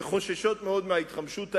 שחוששות מאוד מההתחמשות האירנית,